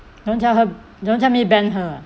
don't tell her don't tell me ban her ah